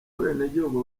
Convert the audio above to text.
abenegihugu